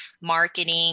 marketing